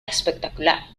espectacular